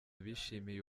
bishimiye